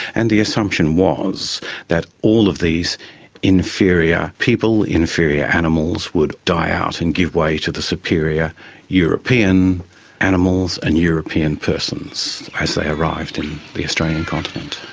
and the assumption was that all of these inferior people, inferior animals, would die out and give way to the superior european animals and european persons as they arrived in the australian continent.